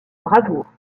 bravoure